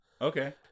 Okay